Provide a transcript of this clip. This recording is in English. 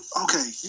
okay